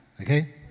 okay